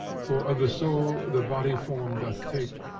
for, of the soul, the body form doth take,